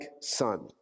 son